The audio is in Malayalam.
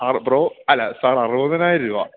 അറ ബ്രോ അല്ല സാർ അറ്വതിനായിരം രൂപ